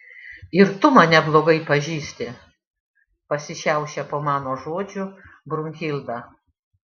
ir tu mane blogai pažįsti pasišiaušia po mano žodžių brunhilda